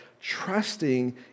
trusting